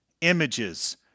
images